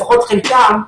לפחות חלקן,